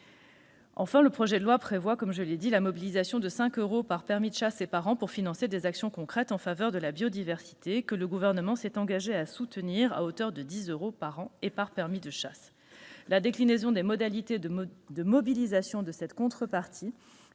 Enfin, le projet de loi prévoit une contribution de 5 euros par permis de chasse et par an pour financer des actions concrètes en faveur de la biodiversité. Le Gouvernement s'est engagé à soutenir ces actions à hauteur de 10 euros par an et par chasseur. La déclinaison des modalités de mobilisation de cette contrepartie